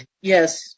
Yes